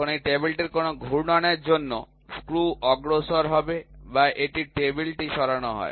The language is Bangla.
এখন এই টেবিলটির কোন ঘূর্ণনের জন্য স্ক্রু অগ্রসর হবে বা যদি টেবিলটি সরানো হয়